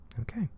Okay